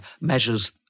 measures